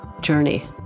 journey